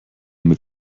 mit